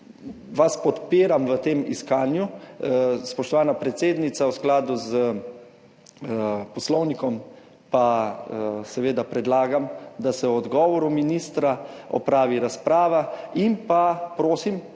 vas podpiram v tem iskanju. Spoštovana predsednica, v skladu s poslovnikom predlagam, da se o odgovoru ministra opravi razprava. Prosim,